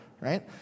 right